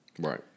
Right